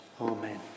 Amen